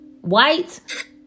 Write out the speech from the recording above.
White